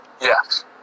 Yes